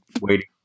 waiting